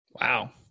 Wow